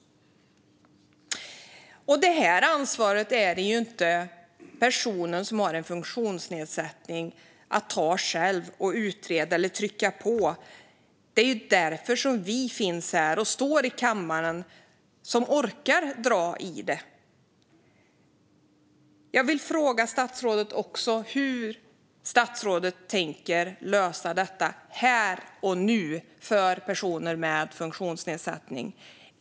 Det är inte personen med funktionsnedsättning som själv ska ta ansvar för att utreda detta eller trycka på om det. Det är ju därför vi finns här, vi som står här i kammaren och orkar ta tag i detta. Jag vill också fråga statsrådet hur statsrådet tänker lösa detta här och nu för personer med funktionsnedsättning.